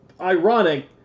ironic